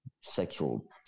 sexual